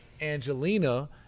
Angelina